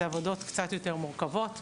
זה עבודות קצת יותר מורכבות.